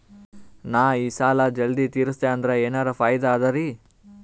ನಾ ಈ ಸಾಲಾ ಜಲ್ದಿ ತಿರಸ್ದೆ ಅಂದ್ರ ಎನರ ಫಾಯಿದಾ ಅದರಿ?